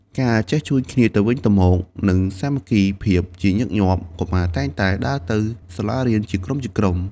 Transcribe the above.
ការចេះជួយគ្នាទៅវិញទៅមក និងសាមគ្គីភាព ជាញឹកញាប់ កុមារតែងតែដើរទៅសាលារៀនជាក្រុមៗ។